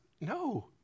no